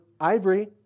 ivory